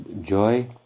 joy